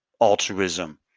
altruism